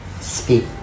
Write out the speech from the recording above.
speak